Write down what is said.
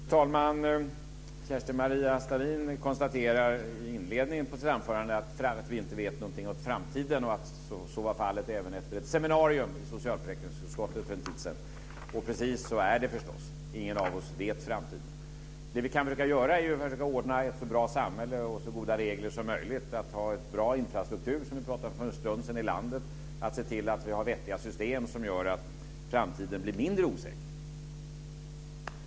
Fru talman! Kerstin-Maria Stalin konstaterade i inledningen av sitt anförande att vi inte vet någonting om framtiden och att så var fallet även efter ett seminarium i socialförsäkringsutskottet för en tid sedan. Precis så är det förstås. Ingen av oss vet något om framtiden. Det som vi kan försöka göra är att ordna ett så bra samhälle och så goda regler som möjligt för att få en bra infrastruktur i landet, som vi pratade om för en stund sedan. Vi kan se till att få vettiga system som gör att framtiden blir mindre osäker.